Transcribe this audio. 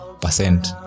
percent